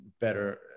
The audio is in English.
better